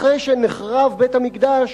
אחרי שנחרב בית-המקדש,